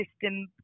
system